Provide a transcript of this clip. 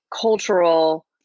cultural